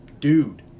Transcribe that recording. dude